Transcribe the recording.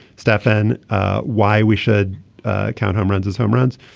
stefan why we should count home runs as home runs.